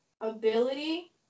Ability